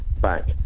back